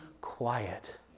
quiet